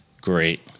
Great